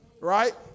right